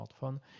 smartphone